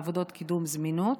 בעבודות קידום זמינות,